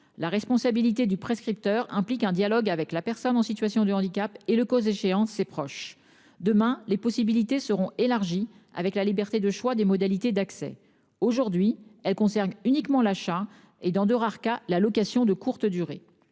La responsabilité du prescripteur implique un dialogue avec la personne en situation de handicap et le Coz échéance ses proches. Demain les possibilités seront élargis avec la liberté de choix des modalités d'accès. Aujourd'hui, elle concerne uniquement l'achat et dans de rares cas, la location de courte durée.